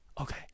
Okay